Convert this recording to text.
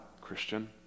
Christian